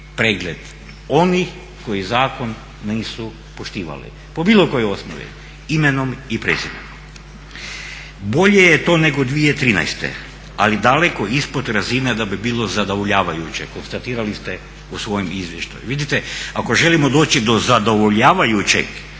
pregled onih koji zakon nisu poštivali po bilo kojoj osnovi, imenom i prezimenom. Bolje je to nego 2013., ali daleko ispod razine da bi bilo zadovoljavajuće, konstatirali ste u svojem izvještaju. Vidite, ako želimo doći do zadovoljavajućeg